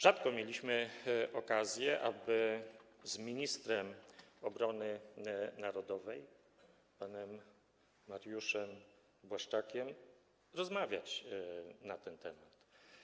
Rzadko mieliśmy okazję, aby z ministrem obrony narodowej panem Mariuszem Błaszczakiem rozmawiać na ten temat.